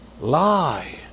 Lie